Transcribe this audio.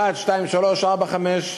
אחת, שתיים, שלוש, ארבע, חמש,